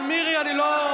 על מירי אני לא,